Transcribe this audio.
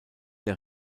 der